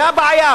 זה הבעיה.